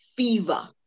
fever